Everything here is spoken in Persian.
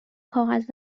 کاغذ